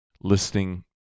listening